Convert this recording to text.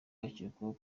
bakekwaho